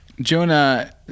jonah